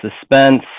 suspense